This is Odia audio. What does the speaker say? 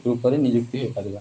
ଉପରେ ନିଯୁକ୍ତି ହେଇ ପାରିବା